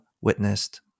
witnessed